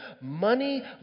Money